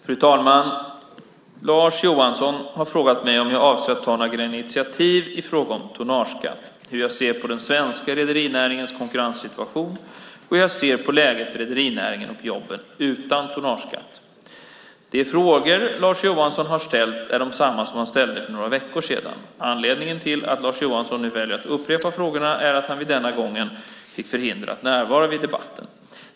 Fru talman! Lars Johansson har frågat mig om jag avser att ta några initiativ i fråga om tonnageskatt, hur jag ser på den svenska rederinäringens konkurrenssituation och hur jag ser på läget för rederinäringen och jobben utan tonnageskatt. De frågor Lars Johansson har ställt är desamma som han ställde för några veckor sedan. Anledningen till att Lars Johansson nu väljer att upprepa frågorna är att han den gången fick förhinder att närvara vid debatten.